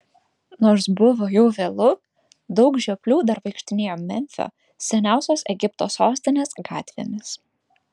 nors buvo jau vėlu daug žioplių dar vaikštinėjo memfio seniausios egipto sostinės gatvėmis